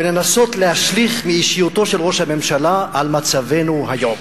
ולנסות להשליך מאישיותו של ראש הממשלה על מצבנו היום.